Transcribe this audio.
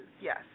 yes